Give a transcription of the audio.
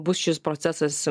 bus šis procesas